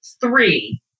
three